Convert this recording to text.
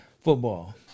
football